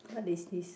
what is this